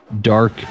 dark